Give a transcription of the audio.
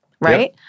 right